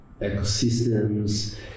ecosystems